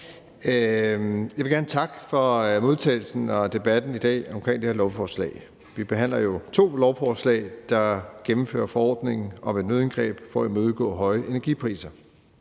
Jeg vil gerne takke for modtagelsen og debatten i dag omkring det her lovforslag. Vi behandler jo to lovforslag, der gennemfører forordningen om et nødindgreb for at imødegå høje energipriser.